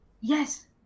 Yes